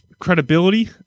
credibility